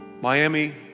Miami